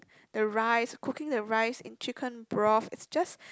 the rice cooking the rice in chicken broth it's just